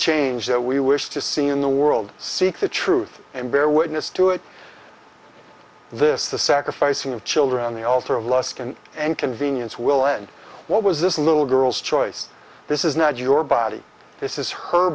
change that we wish to see in the world seek the truth and bear witness to it this the sacrificing of children on the altar of lust and and convenience will end what was this little girl's choice this is not your body this is her